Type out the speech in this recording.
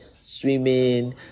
Swimming